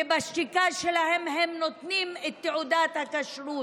ובשתיקה שלהם הם נותנים את תעודת הכשרות.